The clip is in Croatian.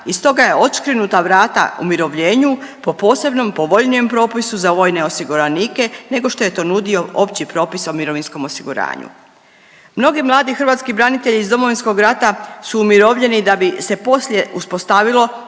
i stoga je odškrinuta vrata umirovljenju po posebnom, povoljnijem propisu za vojne osiguranike nego što je to nudio opći propis o mirovinskom osiguranju. Mnogi mladi hrvatski branitelji iz Domovinskog rata su umirovljeni da bi se poslije uspostavilo